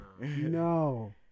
No